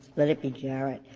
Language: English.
let it be garrett.